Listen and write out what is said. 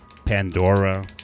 Pandora